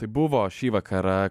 tai buvo šįvakar